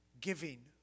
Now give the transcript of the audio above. giving